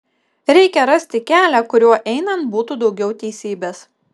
reikia rasti kelią kuriuo einant būtų daugiau teisybės